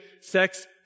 sex